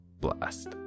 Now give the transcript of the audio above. blast